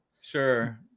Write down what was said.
Sure